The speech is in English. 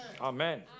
Amen